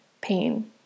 pain